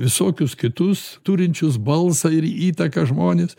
visokius kitus turinčius balsą ir įtaką žmones